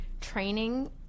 training